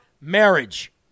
Marriage